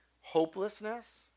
Hopelessness